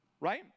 right